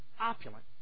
opulent